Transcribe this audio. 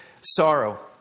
sorrow